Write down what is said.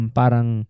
parang